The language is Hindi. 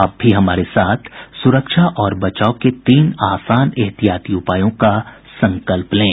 आप भी हमारे साथ सुरक्षा और बचाव के तीन आसान एहतियाती उपायों का संकल्प लें